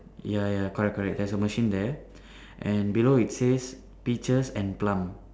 ya ya correct correct there's a machine there and below it says peaches and plum